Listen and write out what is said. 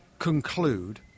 Conclude